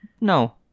no